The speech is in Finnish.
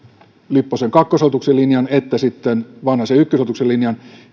lipposen kakkoshallituksen linjan että sitten vanhasen ykköshallituksen linjan